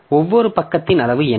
எனவே ஒவ்வொரு பக்கத்தின் அளவு என்ன